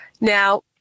Now